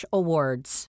awards